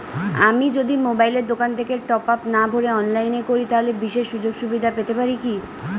আমি যদি মোবাইলের দোকান থেকে টপআপ না ভরে অনলাইনে করি তাহলে বিশেষ সুযোগসুবিধা পেতে পারি কি?